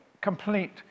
complete